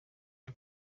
ari